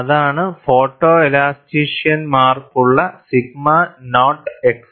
അതാണ് ഫോട്ടോലാസ്റ്റീഷ്യൻമാർക്കുള്ള sigma naught x